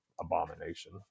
abomination